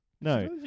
No